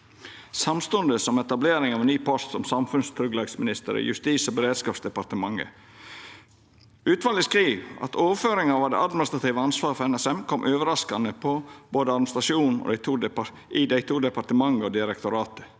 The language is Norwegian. samstundes med etableringa av ein ny post som samfunnstryggleiksminister i Justis- og beredskapsdepartementet. Utvalet skriv: «Overføringen av det administrative ansvaret for NSM kom overraskende på både administrasjonen i de to departementene og direktoratet.»